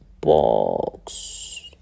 box